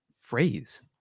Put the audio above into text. phrase